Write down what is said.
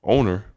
Owner